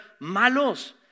malos